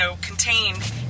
contained